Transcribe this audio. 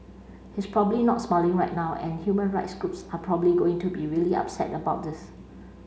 he's probably not smiling right now and human rights groups are probably going to be really upset about this